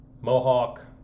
Mohawk